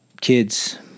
kids